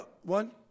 One